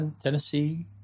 Tennessee